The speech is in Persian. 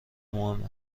مهم